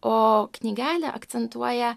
o knygelė akcentuoja